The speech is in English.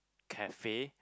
cafe